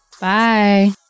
Bye